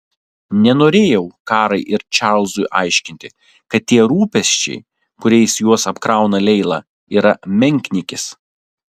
nenorėjau karai ir čarlzui aiškinti kad tie rūpesčiai kuriais juos apkrauna leila yra menkniekis